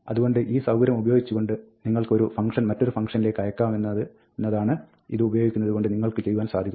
അതുകൊണ്ട് ഈ സൌകര്യം ഉപയോഗിച്ചുകൊണ്ട് നിങ്ങൾക്ക് ഒരു ഫംഗ്ഷൻ മറ്റൊരു ഫംഗ്ഷനിലേക്ക് അയക്കാമെന്നതാണ് ഇത് ഉപയോഗിക്കുന്നത് കൊണ്ട് നിങ്ങൾക്ക് ചെയ്യുവാൻ സാധിക്കുന്നത്